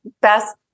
best